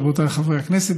רבותיי חברי הכנסת,